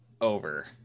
over